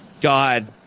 God